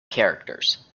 characters